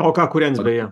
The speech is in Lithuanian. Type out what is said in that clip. o ką kūrens beje